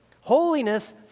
Holiness